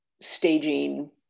staging